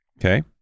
okay